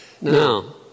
Now